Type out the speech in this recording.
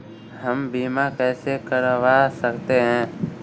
हम बीमा कैसे करवा सकते हैं?